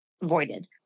voided